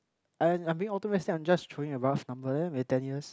I'm I'm being optimistic I'm just throwing a rough number then maybe ten years